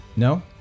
No